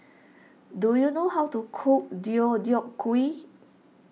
do you know how to cook Deodeok Gui